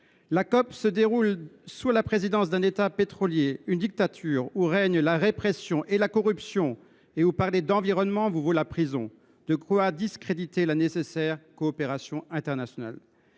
COP se déroule sous la présidence d’un État pétrolier, une dictature où règnent la répression et la corruption et où parler d’environnement vous vaut la prison. De quoi discréditer la nécessaire coopération internationale.